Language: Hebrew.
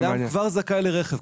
האדם כבר זכאי לרכב.